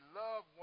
love